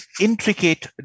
intricate